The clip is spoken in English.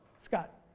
scott.